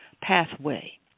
pathway